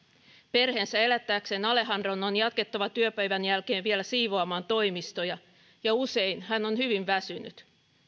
perheensä elättääkseen alejandron on jatkettava työpäivän jälkeen vielä siivoamaan toimistoja ja usein hän on hyvin väsynyt